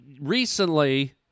recently